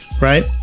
Right